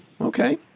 okay